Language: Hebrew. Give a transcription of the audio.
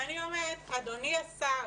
אני אומרת, אדוני השר,